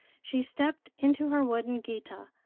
she stepped into her wooden geta,